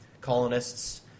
colonists